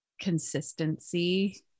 consistency